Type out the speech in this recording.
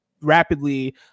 rapidly